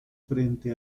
frente